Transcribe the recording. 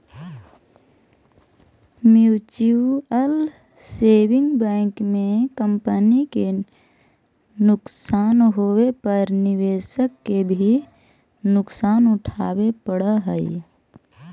mutual saving bank में company के नुकसान होवे पर निवेशक के भी नुकसान उठावे पड़ऽ हइ